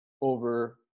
over